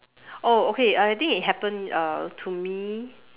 oh okay I think it happened uh to me